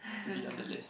to be on the list